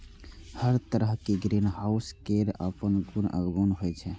हर तरहक ग्रीनहाउस केर अपन गुण अवगुण होइ छै